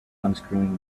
unscrewing